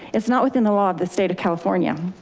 it's not within the law of the state of california.